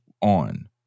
on